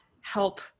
help